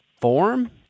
form